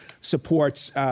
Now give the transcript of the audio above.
supports—